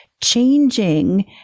changing